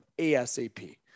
ASAP